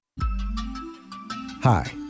Hi